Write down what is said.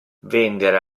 vendere